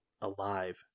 alive